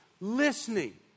listening